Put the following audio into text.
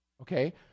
okay